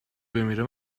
بمیره